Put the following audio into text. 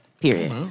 period